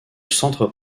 centre